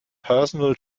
personal